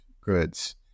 goods